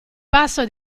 passo